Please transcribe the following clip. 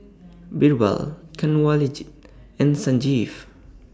Birbal Kanwaljit and Sanjeev